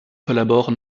collabore